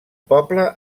poble